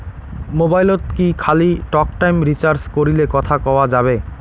মোবাইলত কি খালি টকটাইম রিচার্জ করিলে কথা কয়া যাবে?